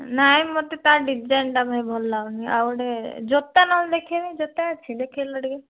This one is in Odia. ନାହିଁ ମୋତେ ତା ଡିଜାଇନ୍ଟା ଭାଇ ଭଲ ଲାଗୁନି ଆଉ ଗୋଟେ ଜୋତା ନହେଲେ ଦେଖାଇବେ ଜୋତା ଅଛି ଦେଖାଇଲ ଟିକେ